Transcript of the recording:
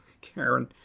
Karen